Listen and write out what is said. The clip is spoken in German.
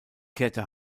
kehrte